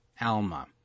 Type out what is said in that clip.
Alma